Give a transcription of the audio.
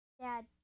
dad